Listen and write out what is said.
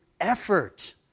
effort